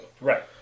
Right